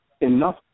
enough